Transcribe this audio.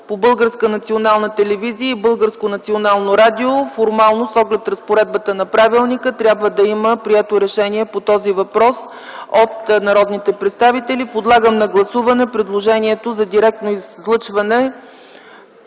радио. Формално, с оглед разпоредбата на правилника, трябва да има прието решение по този въпрос от народните представители. Подлагам на гласуване предложението за директно излъчване